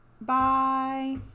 Bye